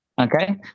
Okay